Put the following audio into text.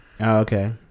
okay